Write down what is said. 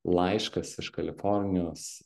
laiškas iš kalifornijos